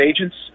agents